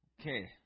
Okay